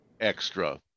extra